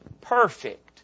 perfect